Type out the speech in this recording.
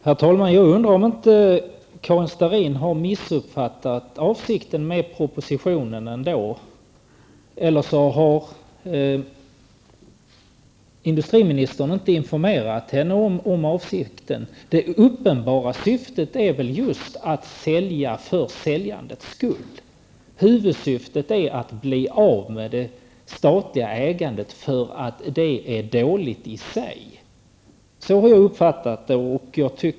Herr talman! Jag undrar om inte Karin Starrin har missuppfattat avsikten med propositionen eller också har industriministern inte informerat henne om avsikten. Det uppenbara syftet är väl att sälja för säljandets skull. Huvudsyftet är att bli av med det statliga ägandet för att det är dåligt i sig. Så har jag uppfattat det.